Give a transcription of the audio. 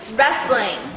wrestling